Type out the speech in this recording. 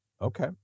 Okay